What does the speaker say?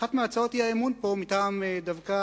באחת מהצעות האי-אמון פה, דווקא